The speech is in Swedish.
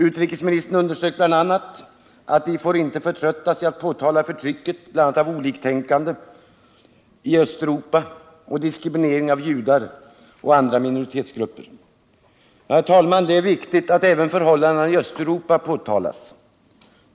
Han underströk att vi inte får förtröttas i att påtala förtrycket, bl.a. av oliktänkande i Östeuropa, eller diskrimineringen av judar och andra minoritetsgrupper. Herr talman! Det är viktigt att även förhållandena i Östeuropa påtalas.